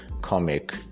comic